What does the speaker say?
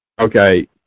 Okay